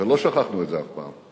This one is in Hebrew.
ולא שכחנו את זה אף פעם.